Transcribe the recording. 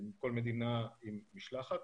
כל מדינה עם משלחת,